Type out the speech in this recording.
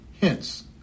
Hence